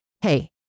hey